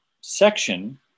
section